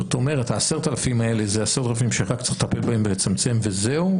זאת אומרת ה-10,000 האלה זה 10,000 שאחר כך צריך לטפל בהם ולצמצם וזהו,